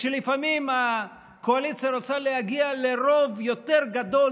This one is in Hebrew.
וכשלפעמים הקואליציה רוצה להגיע לרוב יותר גדול,